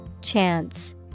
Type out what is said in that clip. Chance